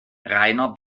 rainer